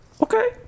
Okay